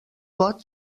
pot